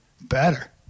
better